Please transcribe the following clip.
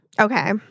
Okay